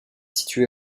situé